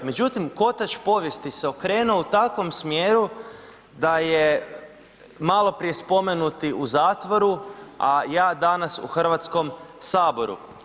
Međutim, kotač povijesti se okrenuo u takvom smjeru, da je maloprije spomenuti u zatvoru, a ja danas u Hrvatskom saboru.